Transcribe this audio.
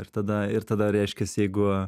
ir tada ir tada reiškias jeigu